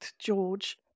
George